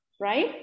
right